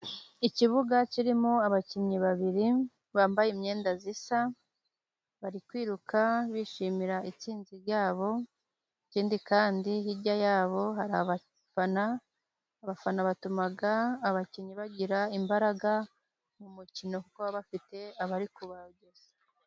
Ikibuga kirimo abakinnyi babiri bambaye imyenda isa, bari kwiruka bishimira intsinzi yabo, ikindi kandi hirya ya bo hari abafana, abafana batuma abakinnyi bagira imbaraga mu mukino, kuko bafite abari kubogeza.